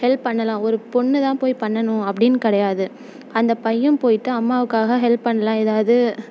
help பண்ணலாம் ஒரு பொண்ணு தான் போய் பண்ணணும் அப்படின்னு கிடையாது அந்த பையன் போயிட்டு அம்மாவுக்காக ஹெல்ப் பண்ணலாம் ஏதாவது